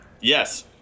Yes